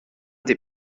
des